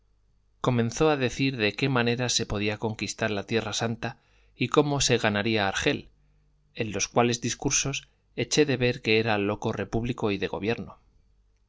comenzó a decir de qué manera se podía conquistar la tierra santa y cómo se ganaría argel en los cuales discursos eché de ver que era loco repúblico y de gobierno